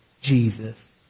Jesus